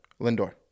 Lindor